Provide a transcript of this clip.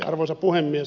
arvoisa puhemies